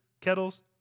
kettles